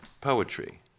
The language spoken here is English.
poetry